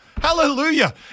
hallelujah